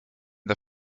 the